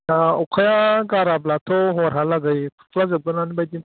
दा अखाया गाराब्लाथ' हरहालागै खुरखाजोबगोनानो बायदि